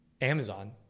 Amazon